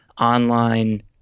online